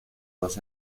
dos